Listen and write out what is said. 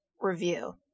review